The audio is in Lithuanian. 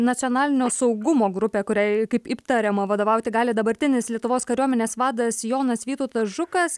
nacionalinio saugumo grupė kuriai kaip įptariama vadovauti gali dabartinis lietuvos kariuomenės vadas jonas vytautas žukas